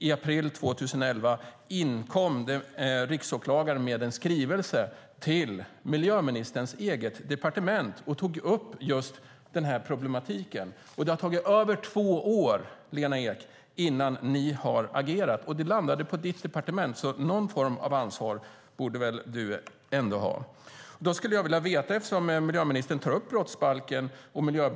I april 2011 inkom riksåklagaren med en skrivelse till miljöministerns eget departement och tog upp just den här problematiken. Det har tagit över två år, Lena Ek, innan ni har agerat. Det landade i ditt departement, så någon form av ansvar borde du väl ändå ha. Miljöministern tar upp brottsbalken och miljöbalken.